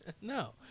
No